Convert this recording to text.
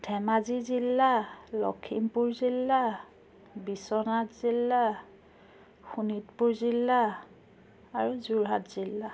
ধেমাজি জিলা লখিমপুৰ জিলা বিশ্বনাথ জিলা শোণিতপুৰ জিলা আৰু যোৰহাট জিলা